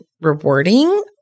rewarding